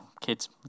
kids